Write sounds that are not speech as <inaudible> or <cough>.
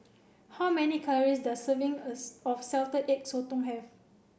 how many calories does a serving <unintelligible> of salted egg sotong have